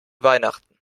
weihnachten